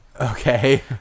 Okay